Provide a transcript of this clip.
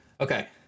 Okay